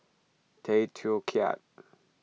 Tay Teow Kiat